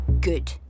Good